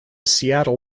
seattle